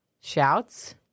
Shouts